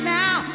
now